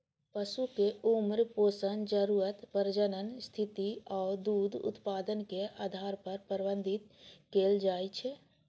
पशु कें उम्र, पोषण जरूरत, प्रजनन स्थिति आ दूध उत्पादनक आधार पर प्रबंधित कैल जाइ छै